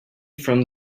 from